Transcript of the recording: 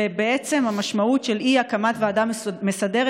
ובעצם המשמעות של אי-הקמת ועדה מסדרת